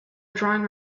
drawing